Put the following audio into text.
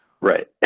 Right